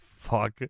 fuck